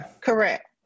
Correct